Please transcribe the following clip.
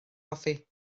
hoffi